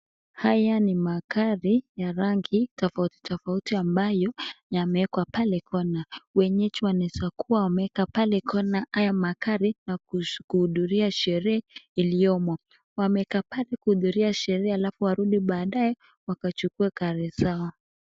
Haya ni magari ya rangi tofauti tofauti ambayo yamewekwa pale kwa kona. Wenyeji wanaweza kuwa wameweka pale kona haya magari na kuhudhuria sherehe iliyomo. Wameweka pale kuhudhuria sherehe halafu warudi baadaye wakachukue gari zao.